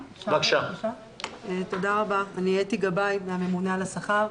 אני מהממונה על השכר.